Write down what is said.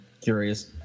curious